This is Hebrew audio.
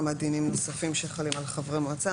כמה דינים נוספים שחלים על חברי מועצה.